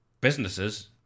Businesses